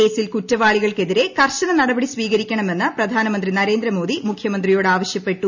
കേസിൽ കുറ്റവാളികൾക്കെതിരെ കർശന നടപടി സ്വീകരിക്കണമെന്ന് പ്രധാനമന്ത്രി നരേന്ദ്ര മോദി മുഖ്യമന്ത്രിയോട് ആവശ്യപ്പെട്ടു